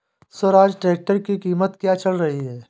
Swaraj tractor की कीमत क्या चल रही है?